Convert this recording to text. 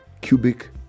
cubic